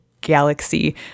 galaxy